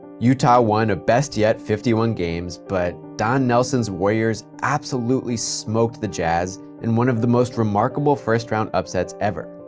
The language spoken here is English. utah won a best-yet fifty one games, but don nelson's warriors absolutely smoked the jazz in one of the most remarkable firs round upsets ever.